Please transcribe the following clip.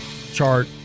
chart